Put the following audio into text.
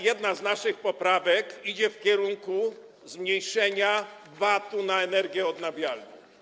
Jedna z naszych poprawek idzie w kierunku zmniejszenia VAT-u na energię odnawialną.